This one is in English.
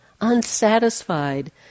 unsatisfied